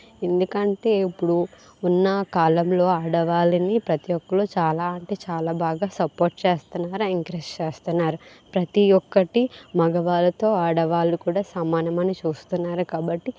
ఎందుకంటే ఇప్పుడు ఉన్న కాలంలో ఆడవాళ్లని ప్రతి ఒక్కళ్ళు చాలా అంటే చాలా బాగా సపోర్ట్ చేస్తున్నారు ఎంకరేజ్ చేస్తున్నారు ప్రతి ఒక్కటి మగవాళ్ళతో ఆడవాళ్లు కూడా సమానమని చూస్తున్నారు కాబట్టి